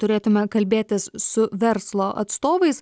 turėtume kalbėtis su verslo atstovais